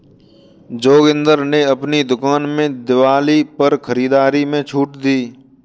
जोगिंदर ने अपनी दुकान में दिवाली पर खरीदारी में छूट दी